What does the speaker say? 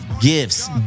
gifts